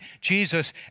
Jesus